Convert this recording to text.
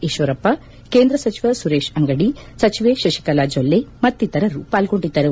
ಈಶ್ವರಪ್ಪ ಕೇಂದ್ರ ಸಚಿವ ಸುರೇಶ ಅಂಗಡಿ ಸಚಿವೆ ಶುಕಲಾ ಜೊಲ್ಲೆ ಮಕ್ತಿತರರು ಪಾಲ್ಗೊಂಡಿದ್ದರು